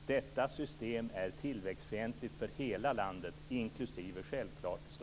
Detta system är tillväxtfientligt för hela landet, inklusive - självklart